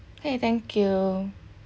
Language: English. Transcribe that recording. !hey! thank you